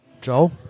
Joel